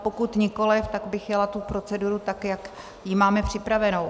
Pokud nikoliv, tak bych jela tu proceduru tak, jak ji máme připravenou.